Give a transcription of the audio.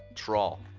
trall.